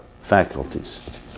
faculties